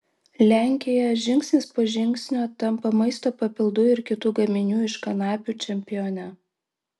lenkija žingsnis po žingsnio tampa maisto papildų ir kitų gaminių iš kanapių čempione